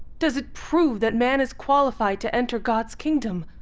does it prove that man is qualified to enter god's kingdom?